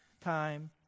time